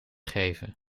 geven